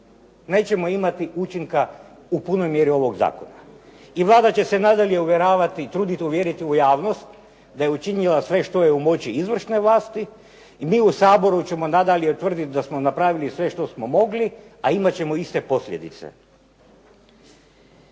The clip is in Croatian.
nećemo imati učinka u punoj mjeri ovog zakona i Vlada će se nadalje uvjeravati i truditi uvjeriti javnost da je učinila sve što je u moći izvršne vlasti i mi u Saboru ćemo nadalje tvrditi da smo napravili sve što smo mogli, a imati ćemo iste posljedice.